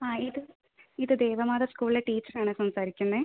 ആ ഇത് ഇത് ദേവമാതാ സ്കൂളിലെ ടീച്ചർ ആണ് സംസാരിക്കുന്നത്